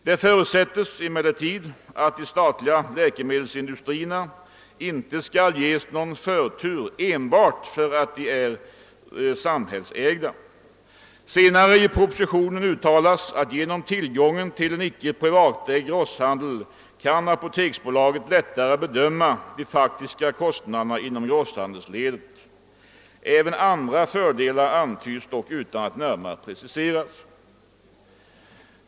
Det förutsättes emellertid att de statliga läkemedelsindustrierna inte skall ges någon förtur enbart därför att de är samhällsägda. Senare i propositionen uttalas det att genom tillgången till en icke privatägd grosshandel apoteksbolaget lättare kan bedöma de faktiska kostnaderna inom grosshandelsledet. Även andra fördelar antyds, dock utan närmare precisering.